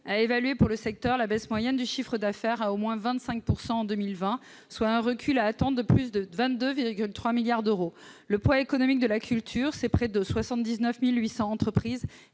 a évalué pour le secteur la baisse moyenne du chiffre d'affaires à au moins 25 % en 2020, soit un recul à attendre de plus de 22,3 milliards d'euros. Le poids économique de la culture, c'est près de 79 800 entreprises